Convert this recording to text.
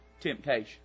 temptation